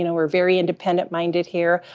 you know we're very independent minded here.